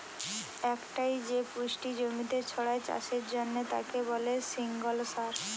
একটাই যে পুষ্টি জমিতে ছড়ায় চাষের জন্যে তাকে বলে সিঙ্গল সার